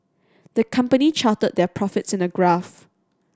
the company charted their profits in a graph